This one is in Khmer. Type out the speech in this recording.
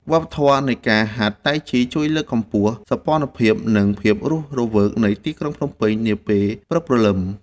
វប្បធម៌នៃការហាត់តៃជីជួយលើកកម្ពស់សោភ័ណភាព និងភាពរស់រវើកនៃទីក្រុងភ្នំពេញនាពេលព្រឹកព្រលឹម។